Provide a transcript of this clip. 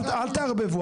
אל תערבבו,